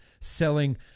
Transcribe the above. selling